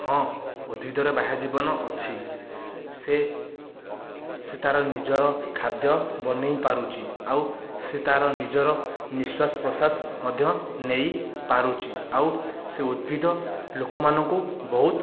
ହଁ ଉଦ୍ଭିଦର ବାହ୍ୟ ଜୀବନ ଅଛି ସେ ସେ ତା'ର ନିଜର ଖାଦ୍ୟ ବନାଇ ପାରୁଛି ଆଉ ସେ ତା'ର ନିଜର ନିଶ୍ୱାସ ପ୍ରଶ୍ୱାସ ମଧ୍ୟ ନେଇ ପାରୁଛି ଆଉ ସେ ଉଦ୍ଭିଦ ଲୋକମାନଙ୍କୁ ବହୁତ